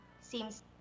seems